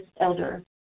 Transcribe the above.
Elder